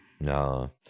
No